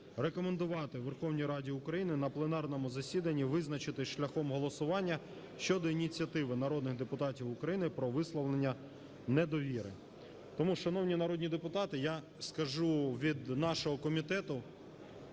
рекомендувати Верховній Раді України на пленарному засіданні визначитись шляхом голосування щодо ініціативи народних депутатів України про висловлення недовіри. Тому, шановні народні депутати, я скажу від нашого комітету.